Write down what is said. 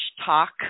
talk